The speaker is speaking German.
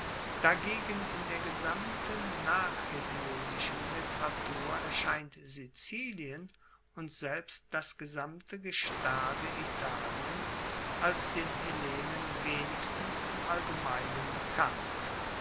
dagegen in der gesamten nachhesiodischen literatur erscheint sizilien und selbst das gesamte gestade italiens als den hellenen wenigstens im allgemeinen bekannt